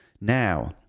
Now